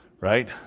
Right